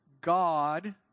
God